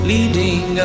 Leading